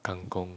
kang kong